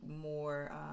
more